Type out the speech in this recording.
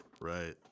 right